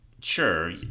Sure